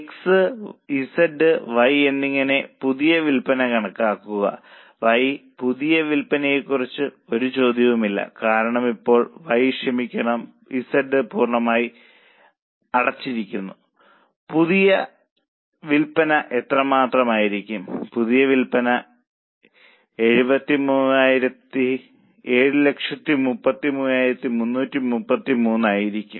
X Z Y എന്നിവയുടെ പുതിയ വിൽപ്പന കണക്കാക്കുക Y പുതിയ വിൽപ്പനയെക്കുറിച്ച് ഒരു ചോദ്യവുമില്ല കാരണം ഇപ്പോൾ Y ക്ഷമിക്കണം Z പൂർണ്ണമായി അടച്ചിരിക്കുന്നു പുതിയ വിൽപ്പന എത്രയായിരിക്കും പുതിയ വിൽപ്പന 733333 ആയിരിക്കും